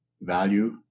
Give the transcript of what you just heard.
value